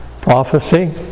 prophecy